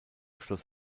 schloss